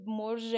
more